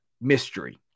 mystery